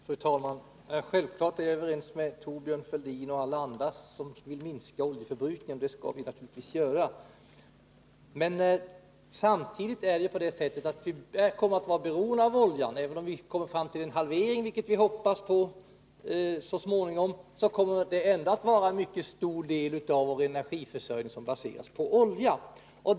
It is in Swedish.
Fru talman! Självfallet är jag överens med Thorbjörn Fälldin och alla andra som vill minska oljeförbrukningen. Det skall vi naturligtvis göra. Men samtidigt måste vi beakta att vi också i fortsättningen kommer att vara beroende av oljan. Även om vi förhoppningsvis kommer fram till en halvering av förbrukningen så småningom, blir det ändå en mycket stor del av vår energiförsörjning som baseras på olja.